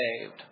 saved